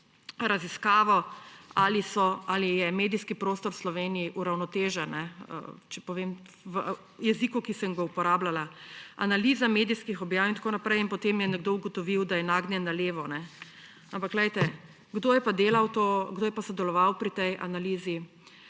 raziskavo, ali je medijski prostor v Sloveniji uravnotežen, če povem v jeziku, ki sem ga uporabljala, analiza medijskih objav in tako naprej. In potem je nekdo ugotovil, da je nagnjen na levo. Ampak kdo je pa delal, kdo je pa sodeloval pri tej analizi?